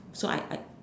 so I I